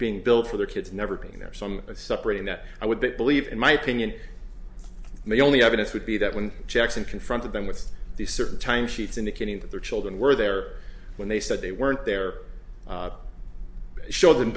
being billed for their kids never being there some of separating that i would believe in my opinion my only evidence would be that when jackson confronted them with the certain time sheets indicating that their children were there when they said they weren't there show the